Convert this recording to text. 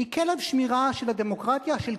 היא כלב שמירה של הדמוקרטיה של קיבוץ,